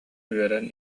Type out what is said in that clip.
үөрэн